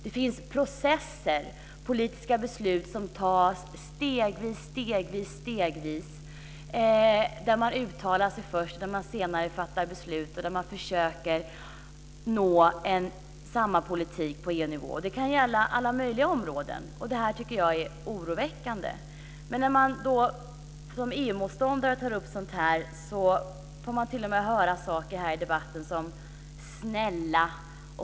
Det förekommer "processer", politiska beslut som tas i små steg. Först uttalar man sig, sedan fattar man beslut och därefter försöker man komma fram till samma politik på EU-nivå. Det kan gälla på alla möjliga områden, och jag tycker att detta är oroväckande. När man som EU-motståndare tar upp sådant här får man t.o.m. höra uttryck här i debatten som "Snälla!"